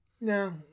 No